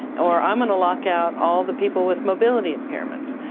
or i'm gonna lock out all the people with mobility impairments.